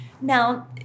Now